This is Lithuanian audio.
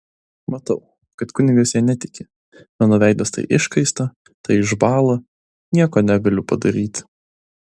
matau kad kunigas ja netiki mano veidas tai iškaista tai išbąla nieko negaliu padaryti